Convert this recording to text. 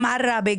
גם עראבה,